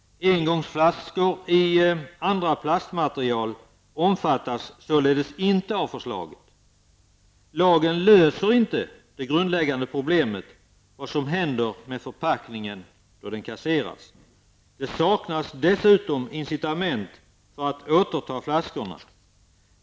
Engångsflaskor av andra plastmaterial omfattas således inte av förslaget. Lagen löser inte det grundläggande problemet beträffande vad som händer med förpackningen då den kasseras. Det saknas dessutom incitament för att återta flaskorna.